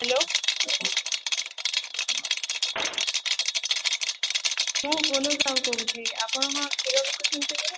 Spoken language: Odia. ହ୍ୟାଲୋ ମୁଁ ବୁଲି ସାହୁ କହୁଛି ଆପଣ କ'ଣ କ୍ଷୀର ବିକୁଛନ୍ତି ପରା